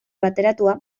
bateratua